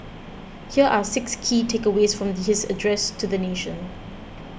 here are six key takeaways from his address to the nation